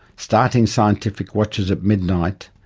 starting scientific watches at midnight,